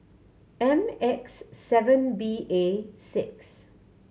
M X seven B A six